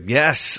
yes